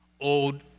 old